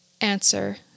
answer